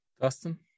Dustin